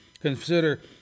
Consider